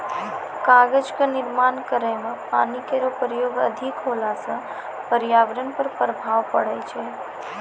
कागज क निर्माण करै म पानी केरो प्रयोग अधिक होला सँ पर्यावरण पर प्रभाव पड़ै छै